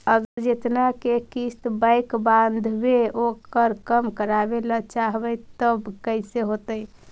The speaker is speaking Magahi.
अगर जेतना के किस्त बैक बाँधबे ओकर कम करावे ल चाहबै तब कैसे होतै?